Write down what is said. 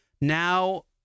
Now